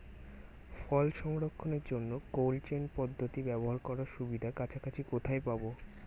ফল সংরক্ষণের জন্য cold chain পদ্ধতি ব্যবহার করার সুবিধা কাছাকাছি কোথায় পাবো?